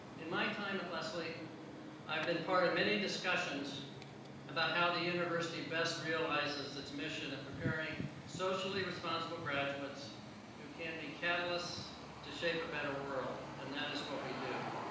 in my time at lesley i've been part of many discussions about how the university best realizes its mission of preparing socially responsible graduates who can be catalysts to shape a better world and that is what we do.